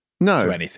No